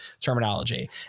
terminology